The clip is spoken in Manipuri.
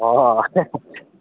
ꯑꯣ